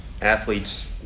athletes